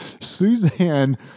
Suzanne